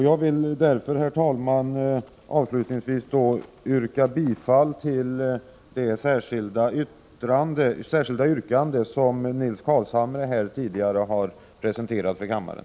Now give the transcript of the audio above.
Jag ber därför, herr talman, att få yrka bifall till det särskilda yrkande som Nils Carlshamre tidigare har presenterat för kammaren.